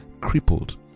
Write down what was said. crippled